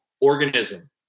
Organism